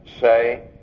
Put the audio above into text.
say